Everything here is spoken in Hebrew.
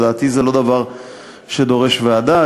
לדעתי זה לא דבר שדורש ועדה.